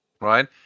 right